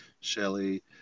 Shelley